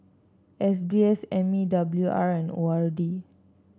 S B S M E W R and O R D